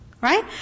right